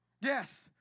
Yes